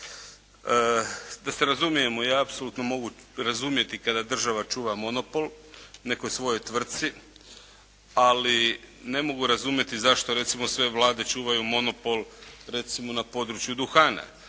Da se razumijemo, ja apsolutno mogu razumjeti kada država čuva monopol nekoj svojoj tvrtci ali ne mogu razumjeti zašto recimo sve vlade čuvaju monopol recimo na području duhana,